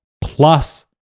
plus